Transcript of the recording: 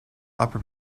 upper